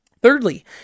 Thirdly